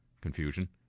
confusion